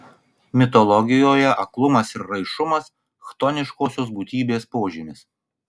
mitologijoje aklumas ir raišumas chtoniškosios būtybės požymis